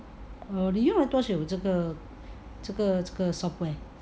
err 你用了多久这个这个这个 software